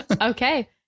Okay